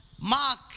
Mark